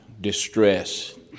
distress